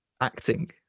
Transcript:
acting